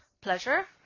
pleasure